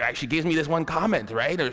like she gave me this one comment, right?